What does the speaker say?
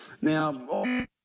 Now